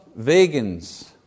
vegans